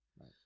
Right